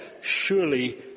Surely